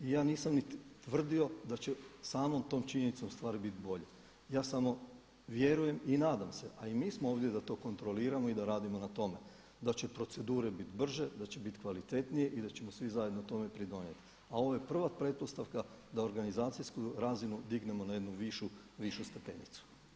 I ja nisam niti tvrdio da će samom tom činjenicom ustavi biti bolje, ja samo vjerujem i nadam se a i mi smo ovdje da to kontroliramo i da radimo na tome da će procedure biti brže, da će biti kvalitetnije i da ćemo svi zajedno tome pridonijeti a ovo je prva pretpostavka da organizacijsku razinu dignemo na jednu višu, višu stepenicu.